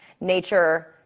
nature